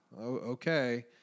Okay